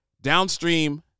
downstream